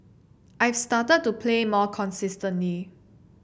I've started to play more consistently